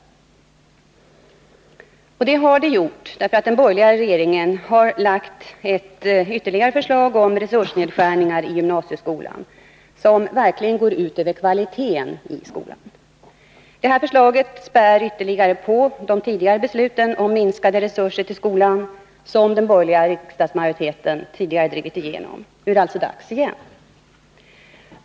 Det har det gjort därför att den borgerliga regeringen har lagt ytterligare ett förslag om resursnedskärningar i gymnasieskolan, som verkligen går ut över kvaliteten i skolan. Detta förslag spär ytterligare på de beslut om minskade resurser till skolan som den borgerliga riksdagsmajoriteten tidigare drivit igenom. Nu är det alltså dags igen.